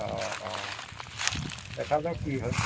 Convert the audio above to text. অঁ অঁ দেখা যাওক কি হয়